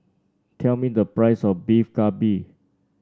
tell me the price of Beef Galbi